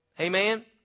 amen